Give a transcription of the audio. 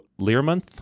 Learmonth